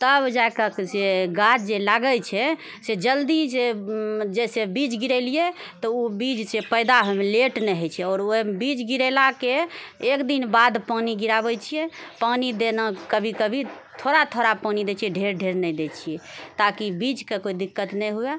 तब जाकऽ से गाछ जे लागै छै से जल्दी जे जैसे बीज गिरे लियै तऽ उ बीज जे पैदा हयमे लेट नहि हय छै आओर उ ओइ बीज गिरेलाके एक दिन बाद पानि गिराबै छियै पानि देना कभी कभी थोड़ा थोड़ा पानि दै छियै ढ़ेर ढ़ेर नहि दै छियै ताकि बीजके कोइ दिक्कत नहि हुये